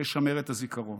לשמר את הזיכרון.